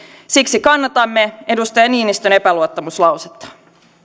siksi kannatamme edustaja niinistön epäluottamuslausetta